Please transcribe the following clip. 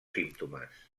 símptomes